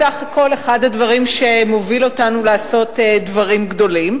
בסך הכול אחד הדברים שמובילים אותנו לעשות דברים גדולים,